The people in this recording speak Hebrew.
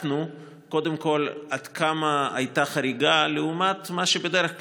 קודם כול בדקנו עד כמה הייתה חריגה לעומת מה שבדרך כלל.